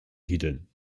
titeln